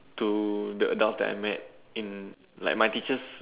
to the adults that I met in like my teachers